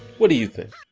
what do you think?